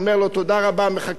מחכה למשהו, שום דבר.